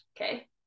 okay